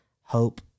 hope